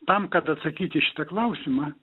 tam kad atsakyti į šitą klausimą